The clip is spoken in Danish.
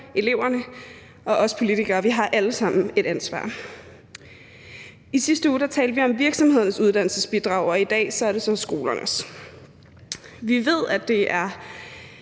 eleverne og os politikere har alle sammen et ansvar. I sidste uge talte vi om virksomhedernes uddannelsesbidrag, og i dag er det så skolernes. Vi ved, at det er